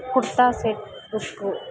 kurta set book